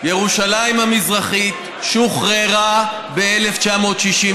ירושלים המזרחית שוחררה ב-1967.